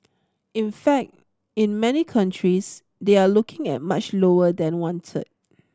in fact in many countries they are looking at much lower than one third